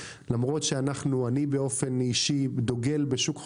למרות שאני באופן אישי דוגל בשוק חופשי,